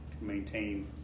maintain